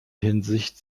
hinsicht